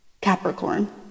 Capricorn